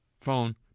phone